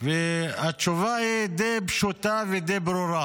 התשובה היא די פשוטה ודי ברורה: